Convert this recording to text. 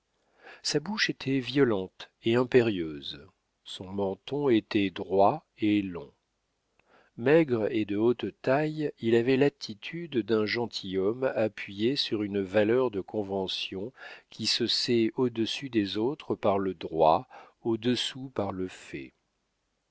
sa bouche était violente et impérieuse son menton était droit et long maigre et de haute taille il avait l'attitude d'un gentilhomme appuyé sur une valeur de convention qui se sait au-dessus des autres par le droit au-dessous par le